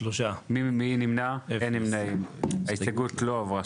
3 נמנעים, 0 ההסתייגות לא התקבלה.